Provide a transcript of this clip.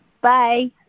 Bye